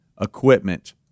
equipment